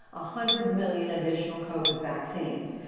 ah hundred million additional covid vaccines.